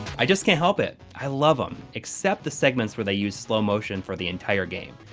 i just can't help it. i love em. except the segments where they use slow motion for the entire game.